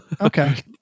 Okay